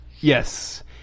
Yes